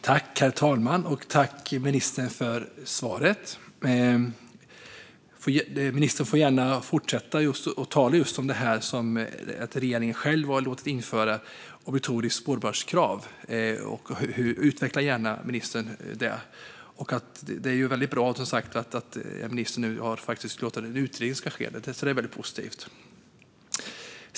Herr talman! Tack, ministern, för svaret! Ministern får gärna fortsätta att tala om att regeringen själv har låtit införa ett obligatoriskt spårbarhetskrav. Ministern får gärna utveckla det. Det är ju väldigt bra att ministern nu har låtit se till att en utredning ska ske; det är väldigt positivt.